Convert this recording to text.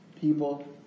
people